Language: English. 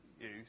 use